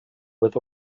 with